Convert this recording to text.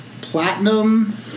platinum